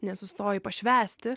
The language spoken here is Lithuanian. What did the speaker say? nesustoji pašvęsti